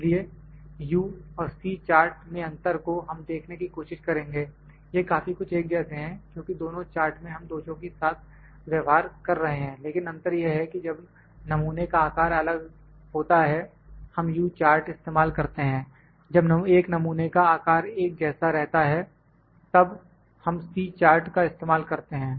इसलिए U और C chart में अंतर को हम देखने की कोशिश करेंगे यह काफी कुछ एक जैसे हैं क्योंकि दोनों चार्ट में हम दोषों के साथ व्यवहार कर रहे हैं लेकिन अंतर यह है कि जब नमूने का आकार अलग होता है हम U चार्ट इस्तेमाल करते हैं जब एक नमूने का आकार एक जैसा रहता है तब हम C चार्ट का इस्तेमाल करते हैं